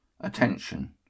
Attention